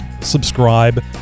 subscribe